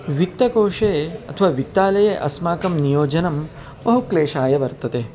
वित्तकोशे अथवा वित्तालये अस्माकं नियोजनं बहु क्लेशाय वर्तते